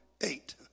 eight